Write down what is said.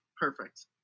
perfect